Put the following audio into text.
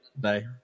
day